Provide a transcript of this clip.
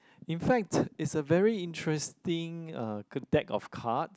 in fact it's a very interesting uh good deck of card